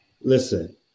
Listen